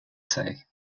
sig